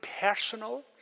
personal